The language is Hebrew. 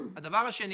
הדבר השני